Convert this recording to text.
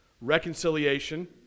reconciliation